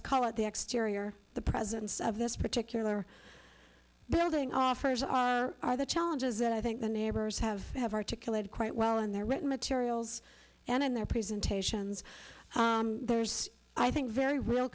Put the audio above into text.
that's called the exterior the presence of this particular building offers are the challenges that i think the neighbors have to have articulated quite well in their written materials and in their presentations there's i think very real